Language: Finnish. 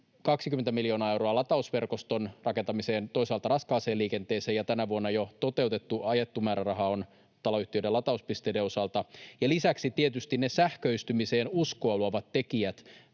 20 miljoonaa euroa latausverkoston rakentamiseen, toisaalta raskaaseen liikenteeseen, ja tänä vuonna on jo toteutettu, ajettu määräraha taloyhtiöiden latauspisteiden osalta. Lisäksi tietysti ne sähköistymiseen uskoa luovat tekijät